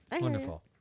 wonderful